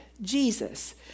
Jesus